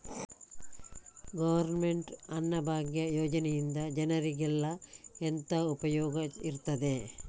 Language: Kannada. ಗವರ್ನಮೆಂಟ್ ನ ಅನ್ನಭಾಗ್ಯ ಯೋಜನೆಯಿಂದ ಜನರಿಗೆಲ್ಲ ಎಂತ ಉಪಯೋಗ ಇರ್ತದೆ?